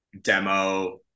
demo